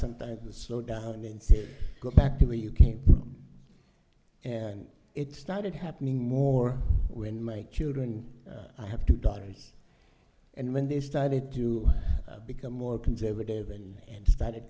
some time to slow down and go back to where you came from and it started happening more when my children i have two daughters and when they started to become more conservative and